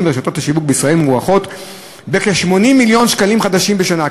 וברשתות השיווק בישראל מוערכת ב-80 מיליון ש"ח בשנה.